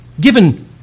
given